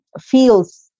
feels